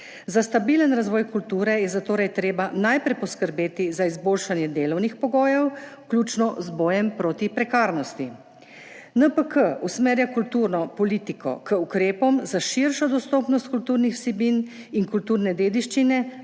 Za stabilen razvoj kulture, je zatorej treba najprej poskrbeti za izboljšanje delovnih pogojev, vključno z bojem proti prekarnosti. NPK usmerja kulturno politiko k ukrepom za širšo dostopnost kulturnih vsebin in kulturne dediščine